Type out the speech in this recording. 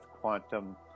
quantum